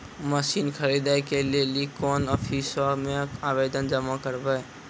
Machine खरीदै के लेली कोन आफिसों मे आवेदन जमा करवै?